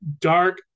dark